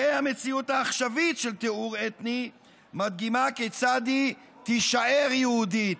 והמציאות העכשווית של טיהור אתני מדגימה כיצד היא תישאר יהודית,